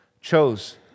chose